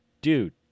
dude